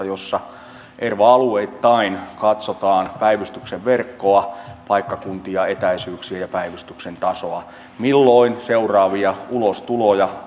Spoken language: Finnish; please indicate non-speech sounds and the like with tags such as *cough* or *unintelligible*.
*unintelligible* joissa erva alueittain katsotaan päivystyksen verkkoa paikkakuntia etäisyyksiä ja päivystyksen tasoa milloin seuraavia ulostuloja *unintelligible*